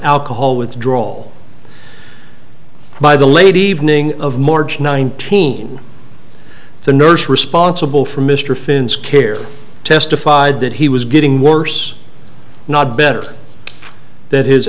alcohol withdrawal by the late evening of march nineteen the nurse responsible for mr finn's care testified that he was getting worse not better that his